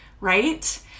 right